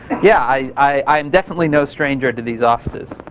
yeah. i'm definitely no stranger to these offices,